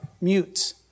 mute